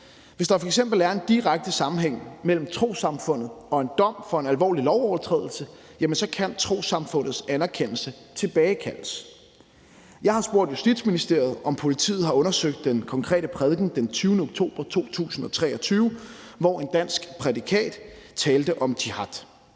Hvis der f.eks. er en direkte sammenhæng mellem trossamfundet og en dom for en alvorlig lovovertrædelse, kan trossamfundets anerkendelse tilbagekaldes. Jeg har spurgt Justitsministeriet, om politiet har undersøgt den konkrete prædiken den 20. oktober 2023, hvor en dansk prædikant talte om jihad.